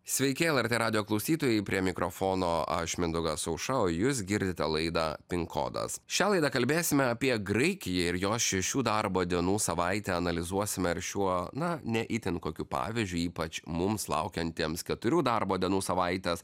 sveiki lrt radijo klausytojai prie mikrofono aš mindaugas auša o jūs girdite laidą pin kodas šią laidą kalbėsime apie graikiją ir jos šešių darbo dienų savaitę analizuosime ar šiuo na ne itin kokiu pavyzdžiu ypač mums laukiantiems keturių darbo dienų savaitės